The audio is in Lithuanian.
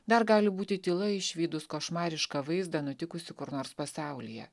dar gali būti tyla išvydus košmarišką vaizdą nutikusį kur nors pasaulyje